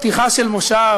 פתיחה של כנס,